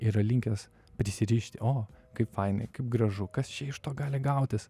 yra linkęs prisirišti o kaip fainiai kaip gražu kas čia iš to gali gautis